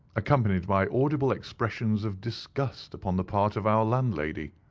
accompanied by audible expressions of disgust upon the part of our landlady.